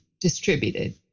distributed